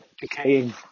decaying